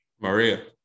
Maria